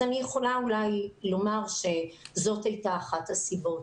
אני יכולה אולי לומר שזאת הייתה אחת הסיבות